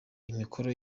imikoro